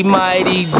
mighty